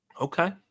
Okay